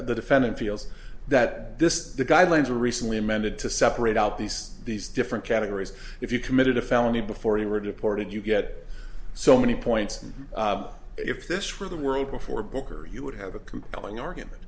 the defendant feels that this is the guidelines were recently amended to separate out these these different categories if you committed a felony before you were deported you get so many points and if this were the world before booker you would have a compelling argument